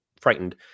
frightened